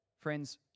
Friends